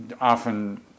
often